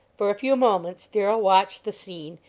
for a few moments darrell watched the scene,